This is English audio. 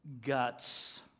guts